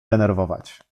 denerwować